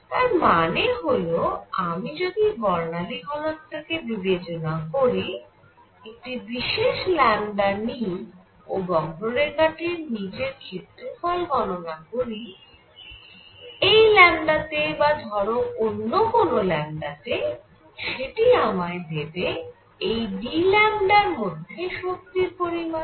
তার মানে হল আমি যদি বর্ণালী ঘনত্ব কে বিবেচনা করি একটি বিশেষ নিই ও বক্ররেখাটির নিচের ক্ষেত্রফল গণনা করি এই ল্যামডা তে বা ধরো অন্য কোন তে সেটি আমায় দেবে এই d র মধ্যে শক্তির পরিমাণ